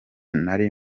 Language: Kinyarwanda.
nari